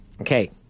Okay